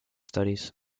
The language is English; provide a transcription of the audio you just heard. studies